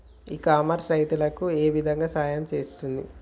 ఇ commerce రైతులకు ఏ విధంగా సహాయం చేస్తుంది?